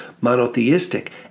monotheistic